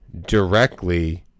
directly